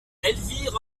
elvire